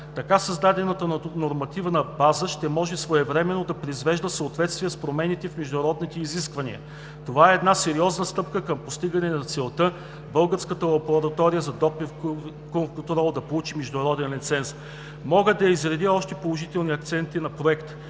Така създадената нормативна база ще може своевременно да произвежда съответствия с промените в международните изисквания. Това е една сериозна стъпка към постигане на целта българската лаборатория за допинг контрол да получи международен лиценз. Мога да изредя още положителни акценти на Проекта,